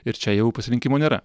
ir čia jau pasirinkimo nėra